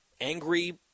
angry